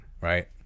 right